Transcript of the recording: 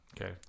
Okay